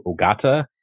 ogata